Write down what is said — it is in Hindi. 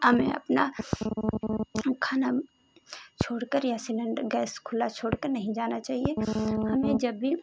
हमें अपना खाना छोड़ कर या सिलेंडर गैस खुला छोड़ कर नहीं जाना चाहिए हमें जब भी